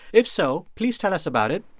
if so, please tell us about it.